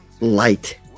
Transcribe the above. Light